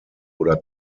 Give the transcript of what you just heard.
oder